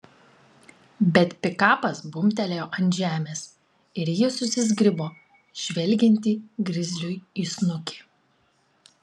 bet pikapas bumbtelėjo ant žemės ir ji susizgribo žvelgianti grizliui į snukį